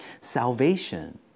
Salvation